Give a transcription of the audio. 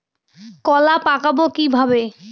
কলা পাকাবো কিভাবে?